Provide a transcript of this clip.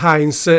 Hines